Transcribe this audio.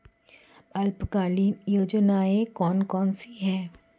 अल्पकालीन योजनाएं कौन कौन सी हैं?